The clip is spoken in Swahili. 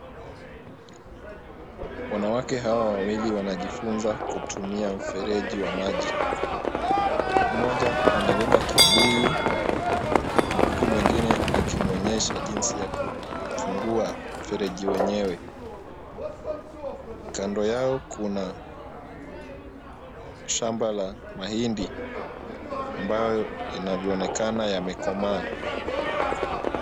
Wanawake hawa wawili wanajifunza kutumia mfereji wa maji, mmoja amebeba kibuyu huku mwingine akimuonyesha jinsi ya kufungua mfereji wenyewe. Kando yao kuna shamba la mahindi ambayo inavyoonekana yamekomaa.